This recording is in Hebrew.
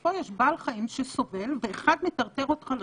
שבסופו יש בעל חיים שסובל ואחד מטרטר אותך לשני.